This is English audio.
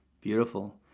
beautiful